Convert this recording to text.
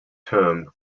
term